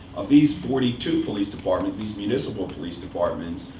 of these forty two police departments, these municipal police departments,